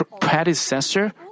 predecessor